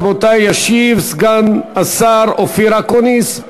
רבותי, ישיב סגן השר אופיר אקוניס.